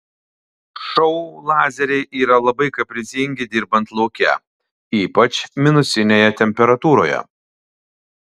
šou lazeriai yra labai kaprizingi dirbant lauke ypač minusinėje temperatūroje